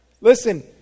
listen